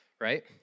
right